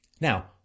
Now